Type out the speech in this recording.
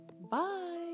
Bye